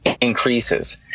increases